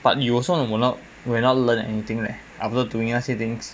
but you also will not learning anything leh after doing 那些 things